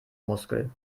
muskel